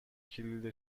کلید